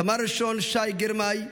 סמל שני שי גרמאי,